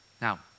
Now